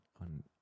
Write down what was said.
on